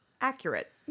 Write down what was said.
Accurate